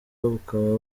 bukaba